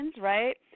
right